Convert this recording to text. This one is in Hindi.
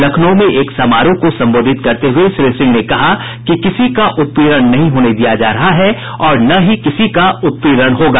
लखनऊ में एक समारोह को संबोधित करते हुये श्री सिंह ने कहा कि किसी का उत्पीड़न नहीं होने दिया जा रहा है ना ही किसी का उत्पीड़न होगा